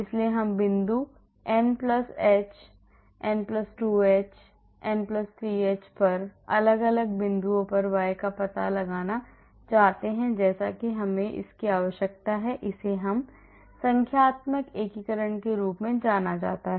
इसलिए हम बिंदु n h n 2h n 3h पर अलग अलग बिंदुओं पर y का पता लगाना चाहते हैं जैसे कि हमें इसकी आवश्यकता है इसे संख्यात्मक एकीकरण के रूप में जाना जाता है